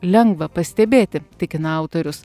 lengva pastebėti tikina autorius